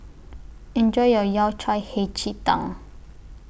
Enjoy your Yao Cai Hei Ji Tang